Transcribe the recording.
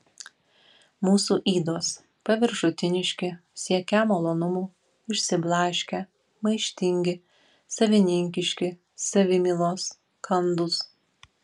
mūsų ydos paviršutiniški siekią malonumų išsiblaškę maištingi savininkiški savimylos kandūs